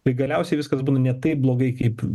tai galiausiai viskas būna ne taip blogai kaip